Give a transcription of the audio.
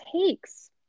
takes